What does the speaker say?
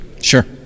Sure